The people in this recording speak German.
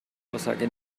aussage